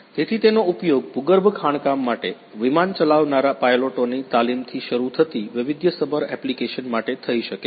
તેથી તેનો ઉપયોગ ભૂગર્ભ ખાણકામ માટે વિમાન ચલાવનારા પાઇલટોની તાલીમથી શરૂ થતી વૈવિધ્યસભર એપ્લિકેશન માટે થઈ શકે છે